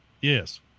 Yes